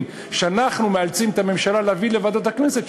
שאנחנו מאלצים את הממשלה להביא לוועדות הכנסת,